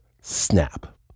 snap